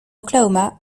oklahoma